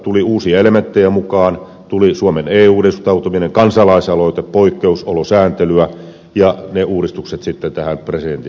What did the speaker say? tuli uusia elementtejä mukaan tuli suomen eu edustautuminen kansalaisaloite poikkeusolosääntelyä ja ne uudistukset sitten tähän presidentin päätöksentekoon